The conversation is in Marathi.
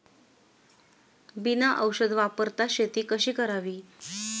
बिना औषध वापरता शेती कशी करावी?